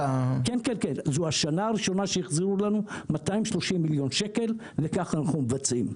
זו השנה הראשונה שהחזירו לנו 230 מיליון שקל וכך אנחנו מבצעים.